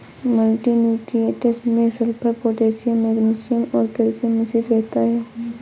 multi nutrients में sulphur, potassium magnesium और calcium मिश्रित रहता है